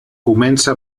comença